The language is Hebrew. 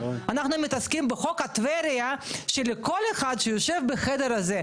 אנחנו מתעסקים בחוק על טבריה שלכל אחד שיושב בחדר הזה,